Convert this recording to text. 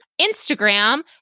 Instagram